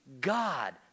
God